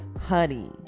honey